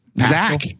Zach